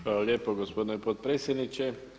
Hvala lijepo gospodine potpredsjedniče.